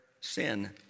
sin